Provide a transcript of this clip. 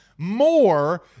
More